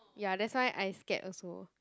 ya that's why I scared also